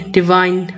divine